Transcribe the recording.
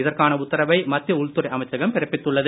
இதற்கான உத்தரவை மத்திய உள்துறை அமைச்சகம் பிறப்பித்துள்ளது